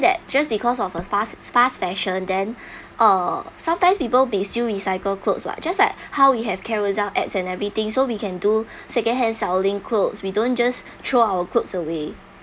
that just because of uh fast fast fashion then uh sometimes people may still recycle clothes [what] just like how you have ads and everything so we can do secondhand selling clothes we don't just throw our clothes away